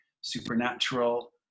supernatural